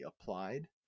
applied